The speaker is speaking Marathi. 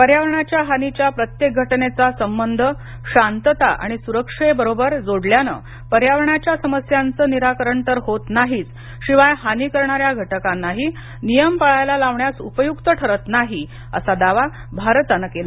पर्यावरणाच्या हानीच्या प्रत्येक घटनेचा संबंध शांतता आणि सुरक्षेबरोबर जोडल्यानं पर्यावरणाच्या समस्यांचं निराकरण तर होत नाहीच शिवाय हानी करणाऱ्या घटकांनाही नियम पाळायला लावण्यास उपयुक्त ठरत नाही असा दावा भारतानं केला